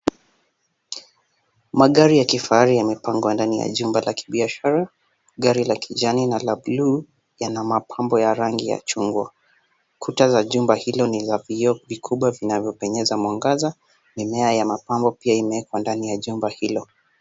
Magari ya kifahari yamepangwa ndani ya jumba la kibiashara gari la kijani na la bluu yana mapambo ya rangi ya chungwa. Kuta za jumba hilo ni la vioo vikubwa vinavyopenyeza mwangaza. Mimea ya mapambo pia imewekwa ndani ya jumba hilo.